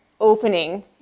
opening